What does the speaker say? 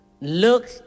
Look